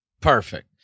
Perfect